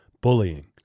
Bullying